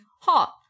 hot